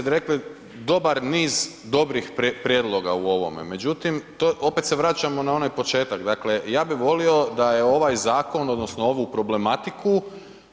Kolega Bačić, vi ste rekli dobar niz dobrih prijedloga u ovome, međutim to, opet se vraćamo na onaj početak, dakle, ja bih volio da je ovaj Zakon odnosno ovu problematiku